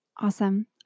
Awesome